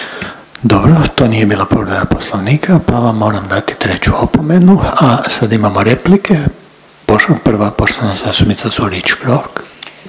Dobro, to nije bila povreda Poslovnika, pa vam moram dati treću opomenu, a sada imamo replike, prva poštovana zastupnica Curiš Krok.